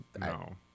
No